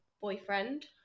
boyfriend